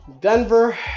Denver